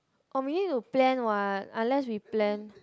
or we need to plan what unless we plan